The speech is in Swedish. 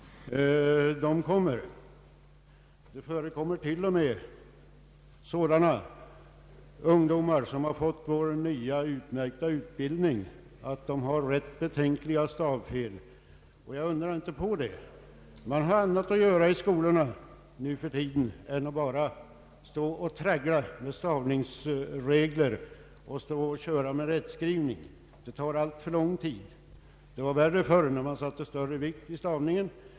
Det förekommer till och med att ungdomar, som har fått vår nya utmärkta utbildning, gör rätt betänkliga stavfel, och jag är inte förvånad över det. Man har annat att göra i skolorna nu för tiden än att bara traggla med stavningsregler och rättskrivning. Sådant tar alltför lång tid. Det var värre förr när det sattes större vikt vid stavningen.